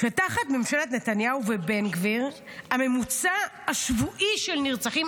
שתחת ממשלת נתניהו ובן גביר הממוצע השבועי של נרצחים,